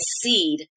seed